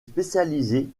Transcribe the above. spécialisée